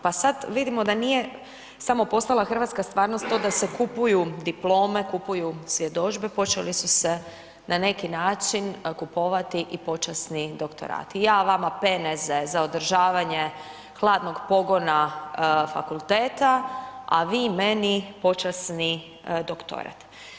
Pa sad vidimo da nije samo postala hrvatska stvarnost to da se kupuju diplome, kupuju svjedodžbe, počeli su se na neki način kupovati i počasni doktorati, ja vama peneze za održavanje hladnog pogona fakulteta, a vi meni počasni doktorat.